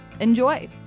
Enjoy